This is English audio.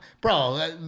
bro